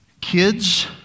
kids